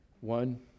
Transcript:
One